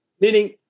Meaning